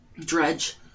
dredge